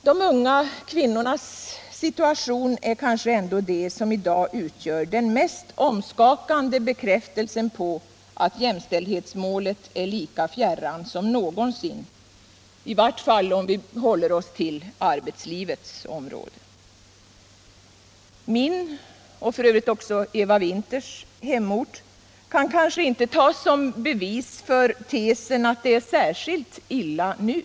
De unga kvinnornas situation är kanske ändå det som i dag utgör den mest omskakande bekräftelsen på att jämställdshetsmålet är lika fjärran som någonsin, i varje fall om vi håller oss till arbetslivets område. Min — och för övrigt också Eva Winthers — hemort kan kanske inte tas som bevis för tesen att det är särskilt illa nu.